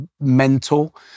mental